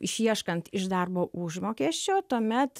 išieškant iš darbo užmokesčio tuomet